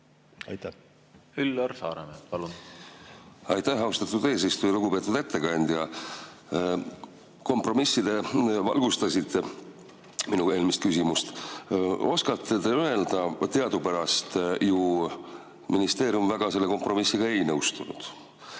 Üllar Saaremäe, palun! Aitäh, austatud eesistuja! Lugupeetud ettekandja! Kompromissi te valgustasite, minu eelmist küsimust. Oskate te öelda seda? Teadupärast ju ministeerium väga selle kompromissiga ei nõustunud,